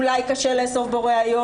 אולי קשה לאסוף בו ראיות.